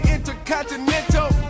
Intercontinental